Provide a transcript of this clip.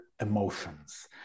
emotions